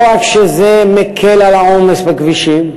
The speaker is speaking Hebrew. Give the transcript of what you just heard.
לא רק שזה מקל את העומס בכבישים,